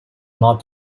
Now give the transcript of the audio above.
not